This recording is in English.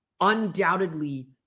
undoubtedly